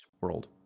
world